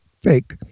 fake